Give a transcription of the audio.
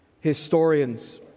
historians